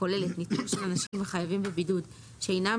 הכוללת ניטור של אנשים החייבים בבידוד שאינם